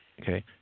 Okay